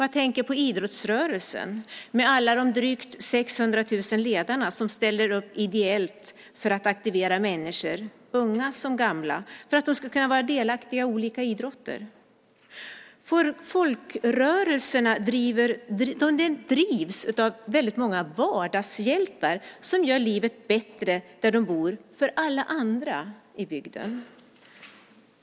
Jag tänker på idrottsrörelsen med alla de drygt 600 000 ledarna som ställer upp ideellt för att aktivera människor, unga som gamla, för att de ska kunna vara delaktiga i olika idrotter. Folkrörelserna drivs av väldigt många vardagshjältar som gör livet bättre där de bor för alla andra i bygden.